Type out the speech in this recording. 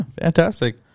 fantastic